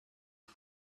are